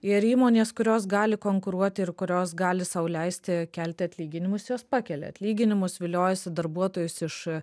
ir įmonės kurios gali konkuruoti ir kurios gali sau leisti kelti atlyginimus jos pakelia atlyginimus viliojusi darbuotojus iš